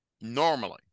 normally